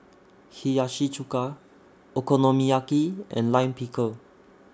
Hiyashi Chuka Okonomiyaki and Lime Pickle